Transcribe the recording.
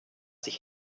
sich